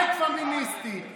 אבל פמיניסטית.